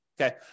okay